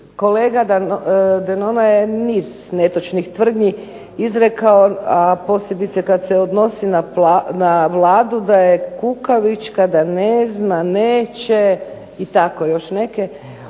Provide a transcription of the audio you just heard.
kolega Denona je niz netočnih tvrdnji izrekao, a posebice kad se odnosi na Vladu da je kukavička, da ne zna, neće i tako još neke